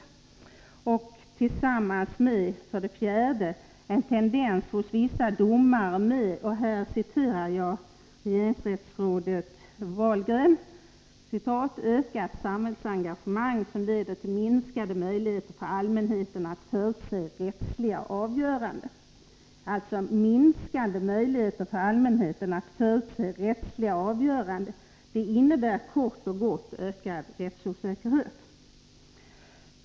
En fjärde faktor är tendensen att vissa domares ”ökade samhälleliga engagement” minskar ”möjligheten hos allmänheten att förutse hans rättsliga avgöranden”, som regeringsrättsrådet Wahlgren uttryckt det. Minskade möjligheter för allmänheten att förutse rättsliga avgöranden innebär kort och gott ökad rättsosäkerhet.